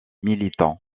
militant